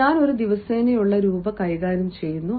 ഞാൻ ഒരു ദിവസേനയുള്ള രൂപ കൈകാര്യം ചെയ്യുന്നു